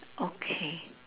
okay